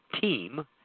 Team